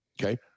Okay